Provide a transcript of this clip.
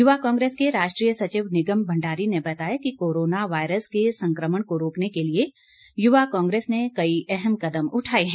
युवा कांग्रेस के राष्ट्रीय सचिव निगम भंडारी ने बताया कि कोरोना वायरस के संक्रमण को रोकने के लिए युवा कांग्रेस ने कई अहम कदम उठाए हैं